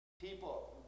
People